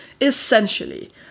essentially